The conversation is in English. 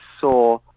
saw